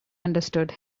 understood